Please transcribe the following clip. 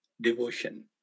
devotion